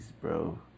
bro